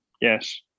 yes